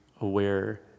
aware